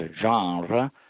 genre